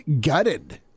gutted